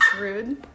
rude